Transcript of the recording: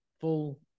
full